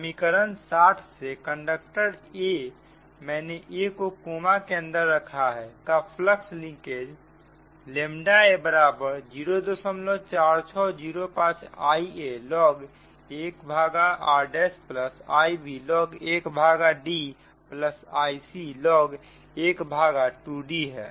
समीकरण 60 से conductor 'a' मैंने a को कोमा के अंदर रखा है का flux linkage a04605 Ialog 1r' Iblog 1D Iclog 12D है